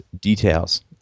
details